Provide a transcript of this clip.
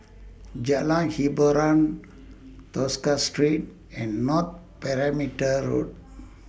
Jalan Hiboran Tosca Street and North Perimeter Road